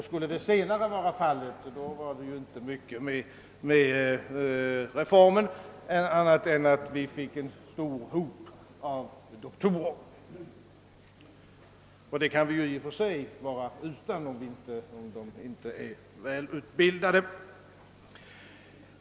Skulle det senare bli fallet, är det ju inte mycket mening med reformen, eftersom vi bara skulle få en stor hop av doktorer, och sådana kan vi i och för sig vara förutan, om de inte är välutbildade.